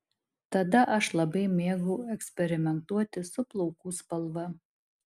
tada aš labai mėgau eksperimentuoti su plaukų spalva